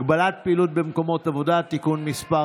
(הגבלת פעילות במקומות עבודה) (תיקון מס'